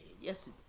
Yes